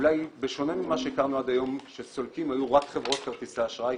אולי בשונה ממה שהכרנו עד היום שסולקים היו רק חברות כרטיסי אשראי,